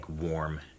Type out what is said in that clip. warm